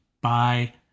bye